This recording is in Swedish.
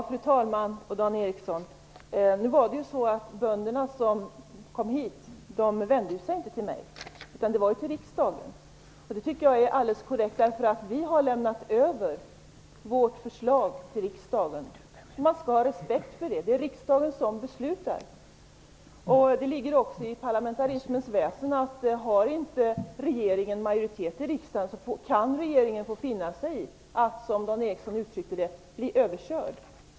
Fru talman! De bönder som kom hit, Dan Ericsson, vände sig faktiskt inte till mig utan till riksdagen. Det tycker jag är alldeles korrekt. Vi har ju lämnat över vårt förslag till riksdagen, och man skall ha respekt för det. Det är riksdagen som beslutar. Det ligger också i parlamentarismens väsen att regeringen, om den inte har majoritet i riksdagen, kan få finna sig i att, som Dan Ericsson uttryckte det, bli överkörd.